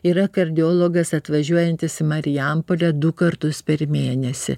yra kardiologas atvažiuojantis į marijampolę du kartus per mėnesį